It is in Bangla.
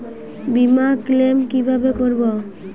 বিমা ক্লেম কিভাবে করব?